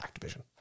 Activision